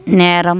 நேரம்